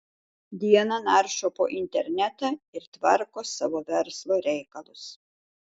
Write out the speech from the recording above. dieną naršo po internetą ir tvarko savo verslo reikalus